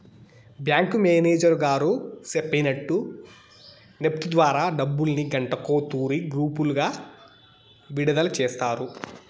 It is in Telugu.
బ్యాంకు మేనేజరు గారు సెప్పినట్టు నెప్టు ద్వారా డబ్బుల్ని గంటకో తూరి గ్రూపులుగా విడదల సేస్తారు